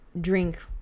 drink